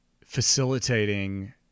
facilitating